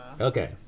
Okay